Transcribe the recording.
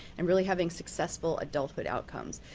and really having successful adulthood outcomes.